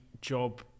job